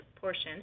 portion